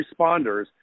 responders